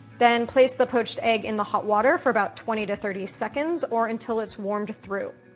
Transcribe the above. then place the poached egg in the hot water for about twenty to thirty seconds or until it's warmed through.